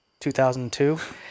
2002